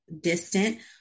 distant